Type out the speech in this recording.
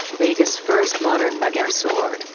vegas' first modern megaresort,